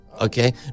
okay